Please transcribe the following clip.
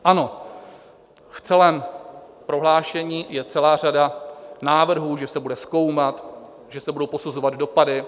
Ano, v celém prohlášení je celá řada návrhů, že se bude zkoumat, že se budou posuzovat dopady.